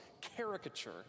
caricature